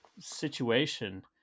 situation